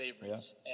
favorites